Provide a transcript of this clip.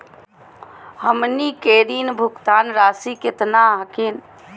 हमनी के ऋण भुगतान रासी केतना हखिन?